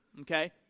Okay